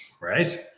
right